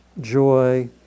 joy